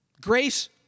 Grace